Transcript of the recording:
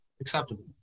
acceptable